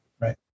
Right